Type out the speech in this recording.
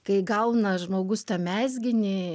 kai gauna žmogus tą mezginį